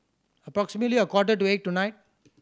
approximately a quarter to eight tonight